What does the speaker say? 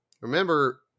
Remember